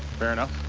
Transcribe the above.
fair enough?